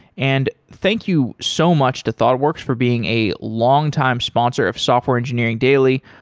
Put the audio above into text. and thank you so much to thoughtworks for being a longtime sponsor of software engineering daily.